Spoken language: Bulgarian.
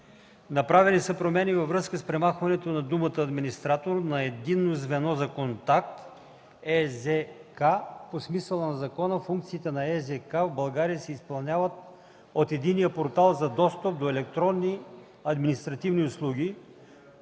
Направени са промени във връзка с премахването на думата „администратор” на единно звено за контакт (ЕЗК). По смисъла на закона функциите на ЕЗК в България се изпълняват от Единния портал за достъп до електронни административни услуги,